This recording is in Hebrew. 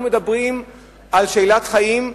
אנחנו מדברים על שאלת חיים,